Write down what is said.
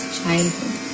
childhood